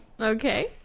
Okay